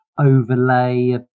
overlay